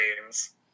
games